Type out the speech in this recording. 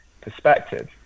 perspective